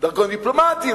דרכון דיפלומטי,